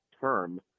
term